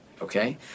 Okay